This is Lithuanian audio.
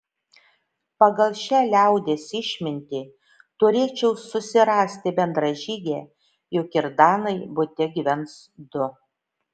pagal šią liaudies išmintį turėčiau susirasti bendražygę juk ir danai bute gyvens du